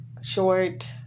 short